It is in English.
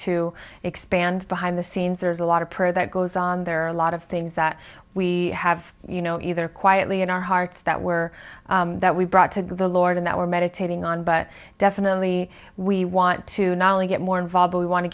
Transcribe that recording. to expand behind the scenes there's a lot of prayer that goes on there are a lot of things that we have you know either quietly in our hearts that were that we brought to the lord in that were meditating on but definitely we want to not only get more involved we want to